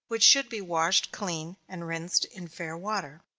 which should be washed clean, and rinsed in fair water.